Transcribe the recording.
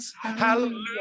Hallelujah